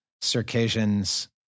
circassians